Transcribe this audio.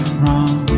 wrong